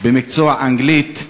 במקצוע אנגלית,